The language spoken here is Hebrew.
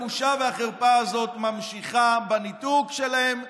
הבושה והחרפה הזאת ממשיכות בניתוק שלהם.